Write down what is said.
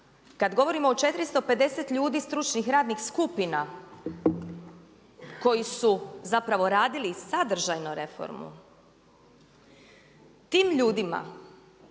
Kad govorimo o 450 ljudi stručnih radnih skupina koji su zapravo radili sadržajno reformu tim ljudima